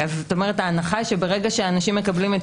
כלומר ההנחה היא שברגע שאנשים מקבלים את